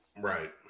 Right